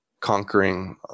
conquering